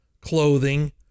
clothing